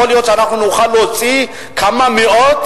יכול להיות שאנחנו נוכל להוציא כמה מאות